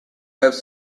have